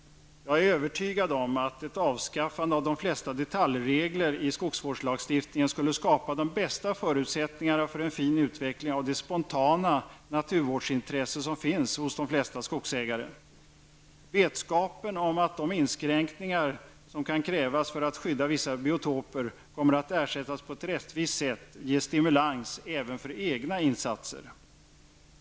Jag är övertygad om att ett avskaffande av de flesta detaljregler i skogsvårdslagstiftningen skulle skapa de bästa förutsättningarna för en fin utveckling av det spontana naturvårdsintresse som finns hos de flesta skogsägare. Vetskapen om att de inskränkningar som kan krävas för att skydda vissa biotoper kommer att ersättas på ett rättvist sätt ger en stimulans även för egna insatser.